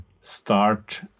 start